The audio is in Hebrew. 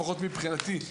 לפחות מבחינתי,